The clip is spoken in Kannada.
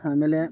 ಆಮೇಲೆ